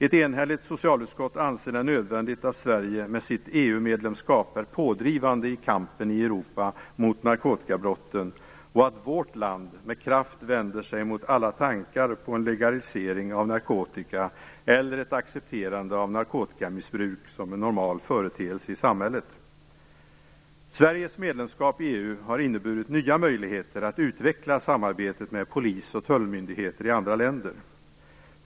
Ett enhälligt socialutskott anser det nödvändigt att Sverige med sitt EU medlemskap är pådrivande i kampen i Europa mot narkotikabrotten och att vårt land med kraft vänder sig mot alla tankar på en legalisering av narkotika eller ett accepterande av narkotikamissbruk som en normal företeelse i samhället. Sveriges medlemskap i EU har inneburit nya möjligheter att utveckla samarbetet med polis och tullmyndigheter i andra länder.